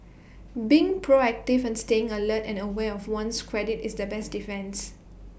being proactive and staying alert and aware of one's credit is the best defence